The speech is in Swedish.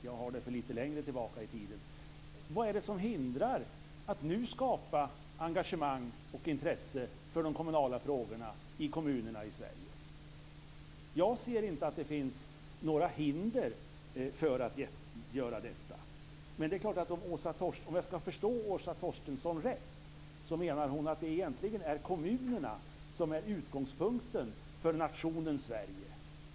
Jag fick det lite längre tillbaka i tiden. Vad är det som hindrar att man nu skapar engagemang och intresse för de kommunala frågorna i kommunerna i Sverige? Jag ser inte att det finns några hinder för att göra detta. Om jag förstår Åsa Torstensson rätt menar hon att det egentligen är kommunerna som är utgångspunkten för nationen Sverige.